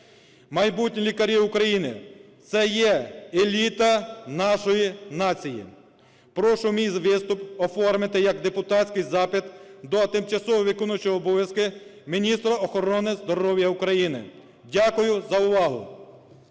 Майбутні лікарі України це є еліта нашої нації. Прошу мій виступ оформити як депутатський запит до тимчасово виконуючого обов'язки міністра охорони здоров'я України. Дякую за увагу.